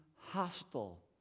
hostile